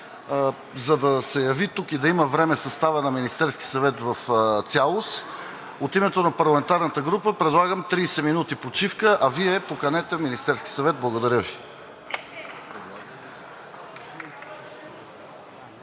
да се яви тук съставът на Министерския съвет в цялост, от името на парламентарната група предлагам 30 минути почивка, а Вие поканете Министерския съвет. Благодаря Ви.